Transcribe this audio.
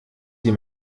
die